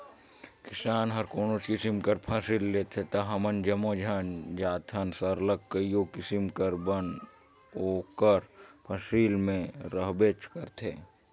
किसान हर कोनोच किसिम कर फसिल लेथे ता हमन जम्मो झन जानथन सरलग कइयो किसिम कर बन ओकर फसिल में रहबेच करथे